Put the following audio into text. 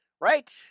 right